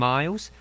Miles